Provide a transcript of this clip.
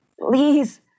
please